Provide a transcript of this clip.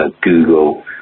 Google